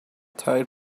tired